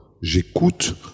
J'écoute